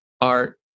art